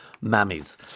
mammies